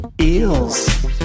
Eels